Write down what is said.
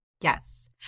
Yes